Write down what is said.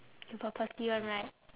you purposely [one] right